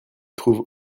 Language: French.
trouve